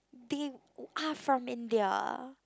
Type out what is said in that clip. big art from India